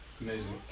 Amazing